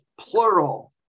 plural